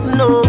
no